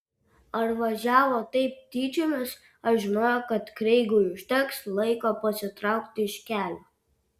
ar važiavo taip tyčiomis ar žinojo kad kreigui užteks laiko pasitraukti iš kelio